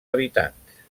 habitants